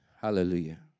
Hallelujah